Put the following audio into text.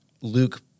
Luke